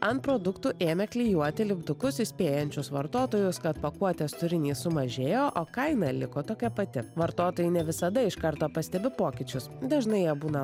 ant produktų ėmė klijuoti lipdukus įspėjančius vartotojus kad pakuotės turinys sumažėjo o kaina liko tokia pati vartotojai ne visada iš karto pastebi pokyčius dažnai jie būna